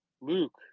Luke